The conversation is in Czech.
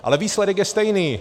Ale výsledek je stejný.